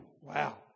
Wow